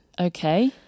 Okay